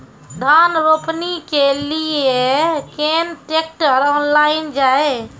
धान रोपनी के लिए केन ट्रैक्टर ऑनलाइन जाए?